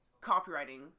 copywriting